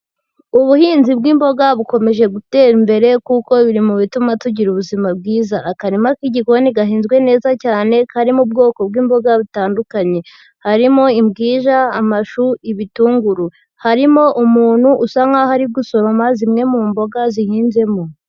Ubuhinzi bw'imboga bukomeje gutera imbere kuko biri mu bituma tugira ubuzima bwiza, akarima k'igikoni gahinzwe neza cyane karimo ubwoko bw'imboga butandukanye, harimo imbwija, amashu, ibitunguru, harimo umuntu usa nk'aho ari gusoroma zimwe mu mboga zihinzemo.